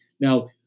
Now